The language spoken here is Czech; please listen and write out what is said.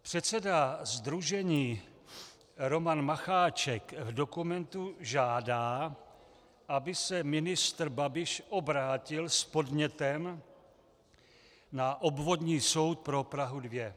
Předseda sdružení Roman Macháček v dokumentu žádá, aby se ministr Babiš obrátil s podnětem na Obvodní soud pro Prahu 2.